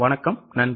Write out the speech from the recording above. வணக்கம் நன்றி